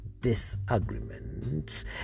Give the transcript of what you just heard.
disagreements